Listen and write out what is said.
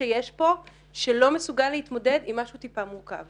שיש פה שלא מסוגל להתמודד עם משהו טיפה מורכב.